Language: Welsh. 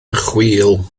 chwil